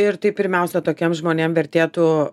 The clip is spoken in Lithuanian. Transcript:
ir tai pirmiausia tokiem žmonėm vertėtų